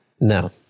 No